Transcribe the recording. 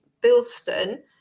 Bilston